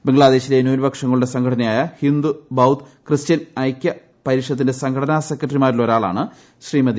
ബംഗ്ലാദേശിലെ ന്യൂനപക്ഷങ്ങളുടെ സംഘടന ഹിന്ദു ബൌദ്ധ് ക്രിസ്ത്യൻ ഐക്യപരിഷത്തിന്റെ സംഘടനാ യായ സെക്രട്ടറിമാരിലൊരാളാണ് ശ്രീമതി